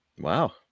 Wow